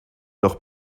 noch